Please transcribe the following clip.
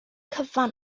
cyfan